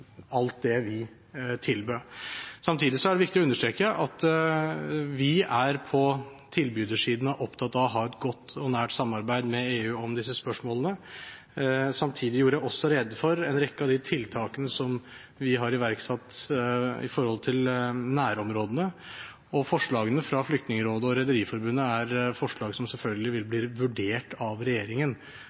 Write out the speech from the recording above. alt det vi tilbød. Samtidig er det viktig å understreke at vi på tilbydersiden er opptatt av å ha et godt og nært samarbeid med EU om disse spørsmålene. Samtidig gjorde jeg også rede for en rekke av de tiltakene som vi har iverksatt med hensyn til nærområdene, og forslagene fra Flyktningerådet og Rederiforbundet vil selvfølgelig bli vurdert av regjeringen.